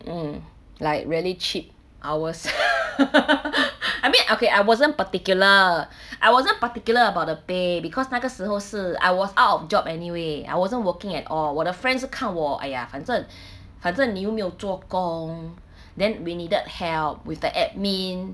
mm like really cheap hours I mean okay I wasn't particular I wasn't particular about the pay because 那个时候是 I was out of job anyway I wasn't working at all 我的 friend 是看我 !aiya! 反正反正你又没有做工 then we needed help with the administrative